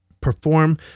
perform